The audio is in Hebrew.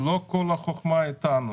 לא כל החוכמה איתנו.